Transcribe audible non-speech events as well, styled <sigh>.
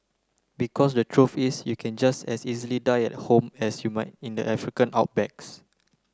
because the truth is you can just as easily die at home as you might in the African <unintelligible>